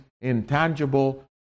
intangible